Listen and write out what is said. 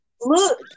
Look